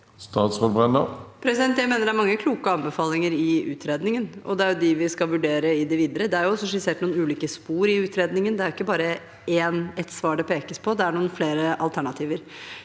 Statsråd Tonje Brenna Jeg mener det er mange kloke anbefalinger i utredningen, og det er dem vi skal vurdere i det videre. Det er også skissert noen ulike spor i utredningen. Det er ikke bare ett svar det pekes på. Det er noen flere alternativer.